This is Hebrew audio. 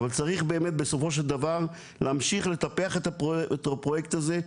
אבל צריך באמת בסופו של דבר להמשיך לטפח את הפרויקט הזה,